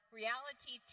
reality